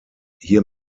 hier